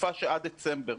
בתקופה שעד דצמבר.